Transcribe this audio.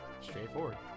Straightforward